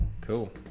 cool